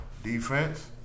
Defense